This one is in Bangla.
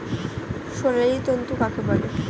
সোনালী তন্তু কাকে বলে?